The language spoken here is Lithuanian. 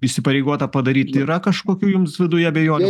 įsipareigota padaryt yra kažkokių jums viduje abejonių